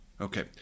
Okay